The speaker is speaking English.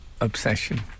obsession